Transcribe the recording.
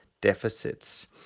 deficits